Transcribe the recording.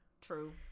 True